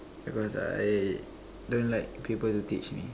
because I don't like people to teach me